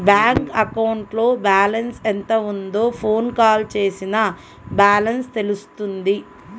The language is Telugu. బ్యాంక్ అకౌంట్లో బ్యాలెన్స్ ఎంత ఉందో ఫోన్ కాల్ చేసినా బ్యాలెన్స్ తెలుస్తుంది